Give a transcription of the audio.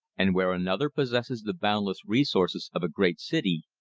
and where another possesses the boundless resources of a great city,